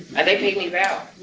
and they paid me well